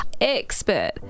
Expert